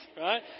right